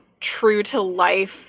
true-to-life